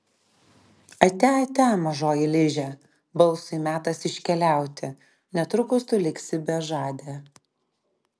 atia atia mažoji liže balsui metas iškeliauti netrukus tu liksi bežadė